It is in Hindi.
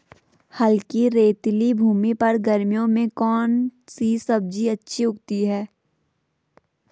हल्की रेतीली भूमि पर गर्मियों में कौन सी सब्जी अच्छी उगती है?